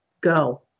go